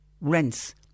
rents